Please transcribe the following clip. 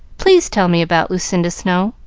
please tell me about lucinda snow.